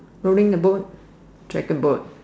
pulling the boat dragon boat